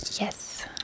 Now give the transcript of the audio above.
Yes